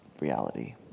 reality